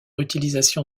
utilisation